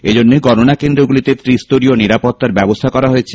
এজন্যে গণনা কেন্দ্রগুলিতে ত্রিস্তরীয় নিরাপত্তার ব্যবস্থা করা হয়েছে